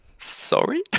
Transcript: sorry